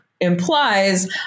implies